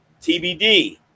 TBD